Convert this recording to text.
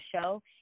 show